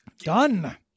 Done